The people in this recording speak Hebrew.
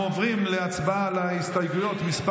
אנחנו עוברים להצבעה על ההסתייגות מס'